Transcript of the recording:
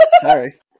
Sorry